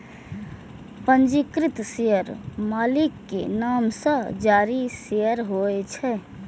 पंजीकृत शेयर मालिक के नाम सं जारी शेयर होइ छै